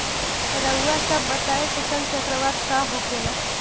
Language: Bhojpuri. रउआ सभ बताई फसल चक्रवात का होखेला?